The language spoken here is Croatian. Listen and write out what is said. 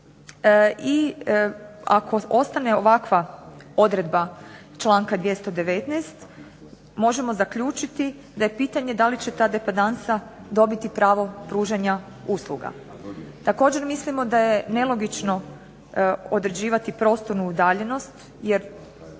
i ako ostane ovakva odredba članka 219.možemo zaključiti da je pitanje da li će ta depandansa dobiti pravo pružanja usluga. Također mislimo da je nelogično određivati prostornu udaljenost jer